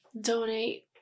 donate